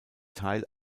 teil